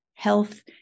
health